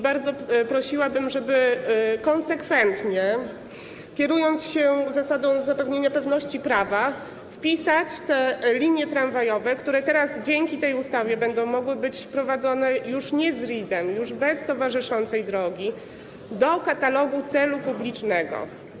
Bardzo proszę, żeby konsekwentnie, kierując się zasadą zapewnienia pewności prawa, wpisać te linie tramwajowe, które dzięki tej ustawie będą mogły być prowadzone już nie z RID-em, już bez towarzyszącej drogi, do katalogu celu publicznego.